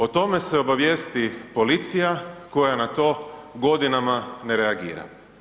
O tome se obavijesti policija koja na to godinama ne reagira.